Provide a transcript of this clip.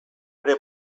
ere